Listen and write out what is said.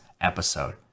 episode